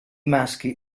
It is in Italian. maschi